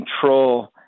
control